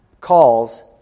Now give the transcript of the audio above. calls